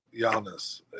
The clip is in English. Giannis